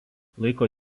laiko